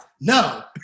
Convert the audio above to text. No